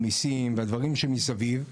המיסים והדברים שמסביב.